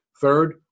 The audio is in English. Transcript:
Third